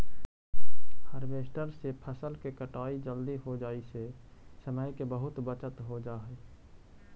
harvester से फसल के कटाई जल्दी हो जाई से समय के बहुत बचत हो जाऽ हई